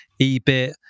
EBIT